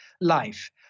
life